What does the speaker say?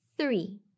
three